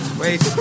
wait